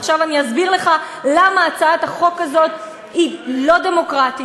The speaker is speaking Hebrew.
עכשיו אני אסביר לך למה הצעת החוק הזאת היא לא דמוקרטית,